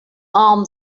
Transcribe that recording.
arm